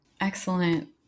Excellent